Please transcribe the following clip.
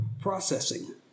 processing